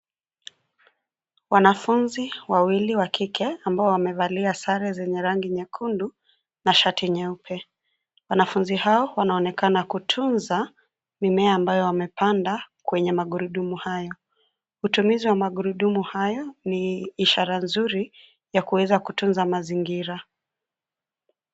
Wanafunzi wawili wa kike ambao wamevalia sare zenye rangi nyekundu na shati nyeupe . Wanafunzi hao wanaonekana kutunza mimea ambayo wamepanda kwenye magurudumu haya . Utumizi wa magurudumu hayo ni ishara nzuri ya kuweza kutunza mazingira.